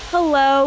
Hello